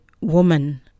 woman